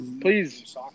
Please